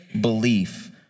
belief